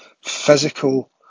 physical